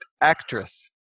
actress